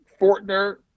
Fortner